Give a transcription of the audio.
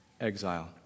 exile